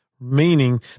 meaning